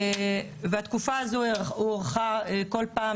התקופה הזו הוארכה כל פעם